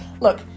look